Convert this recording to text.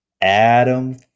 Adam